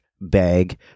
bag